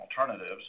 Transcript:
alternatives